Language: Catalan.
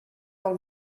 del